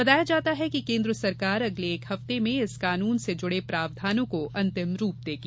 बताया जाता है कि केन्द्र सरकार अगले एक हफ्ते में इस कानून से जुड़े प्रावधानों को अंतिम रूप देगी